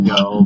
go